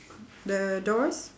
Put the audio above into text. the doors